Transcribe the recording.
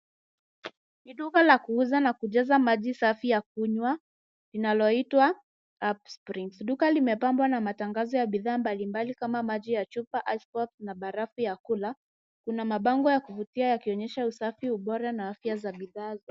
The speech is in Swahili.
Ni duka ya kuuza na kujaza maji safi ya kunywa linaloitwa Up Springs. Duka limepambwa matangazo ya bidhaa mbalimbali kama maji ya chupa. Ice Pop na barafu ya kula. Kuna mabango ya kuvutia yakionyesha usafi, ubora na afya za bidhaa.